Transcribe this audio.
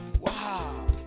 Wow